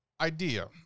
idea